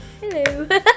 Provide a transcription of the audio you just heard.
Hello